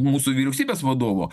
mūsų vyriausybės vadovo